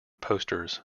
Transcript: posters